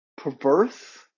Perverse